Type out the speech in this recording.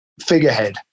figurehead